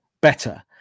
better